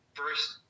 first